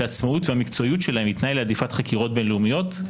שהעצמאות והמקצועיות שלהם היא תנאי להדיפות חקירות בין-לאומיות,